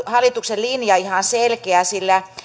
hallituksen linja ihan selkeä sillä